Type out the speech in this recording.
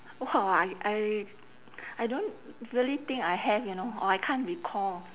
!wow! I I I don't really think I have you know or I can't recall